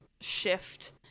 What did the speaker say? shift